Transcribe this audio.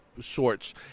sorts